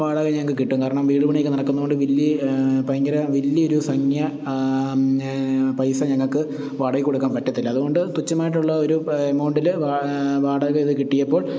വാടക ഞങ്ങള്ക്ക് കിട്ടും കാരണം വീടുപണിയൊക്കെ നടക്കുന്നതുകൊണ്ട് വലിയ ഭയങ്കര വലിയൊരു സംഖ്യ പൈസ ഞങ്ങള്ക്ക് വാടകയ്ക്ക് കൊടുക്കാന് പറ്റത്തില്ല അതുകൊണ്ട് തുച്ഛമായിട്ടുള്ള ഒരു എമൗണ്ടില് വാ വാടകയ്ക്ക് കിട്ടിയപ്പോൾ